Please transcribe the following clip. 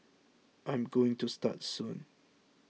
I'm going to start soon